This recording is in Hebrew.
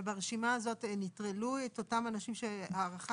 וברשימה הזאת נטרלו את אותם אנשים שהארכת